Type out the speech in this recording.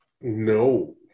No